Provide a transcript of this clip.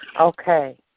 Okay